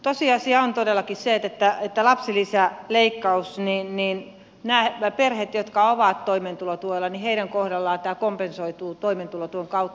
tosiasia on todellakin se että lapsilisäleikkauksen suhteen näiden perheiden kohdalla jotka ovat toimeentulotuella tämä kompensoituu toimeentulotuen kautta